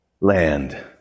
land